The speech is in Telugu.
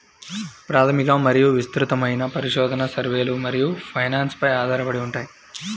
ప్రాథమిక మరియు విస్తృతమైన పరిశోధన, సర్వేలు మరియు ఫైనాన్స్ పై ఆధారపడి ఉంటాయి